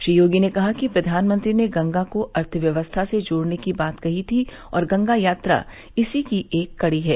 श्री योगी ने कहा कि प्रधानमंत्री ने गंगा को अर्थव्यवस्था से जोड़ने की बात कही थी और गंगा यात्रा इसी की एक कड़ी है